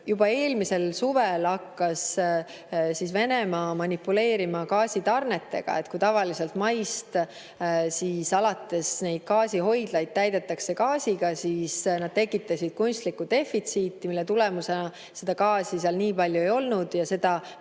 Juba eelmisel suvel hakkas Venemaa manipuleerima gaasitarnetega. Kui tavaliselt maist alates gaasihoidlaid täidetakse gaasiga, siis nad tekitasid kunstlikku defitsiiti, mille tulemusena seal gaasi nii palju ei olnud ja seda